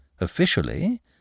officially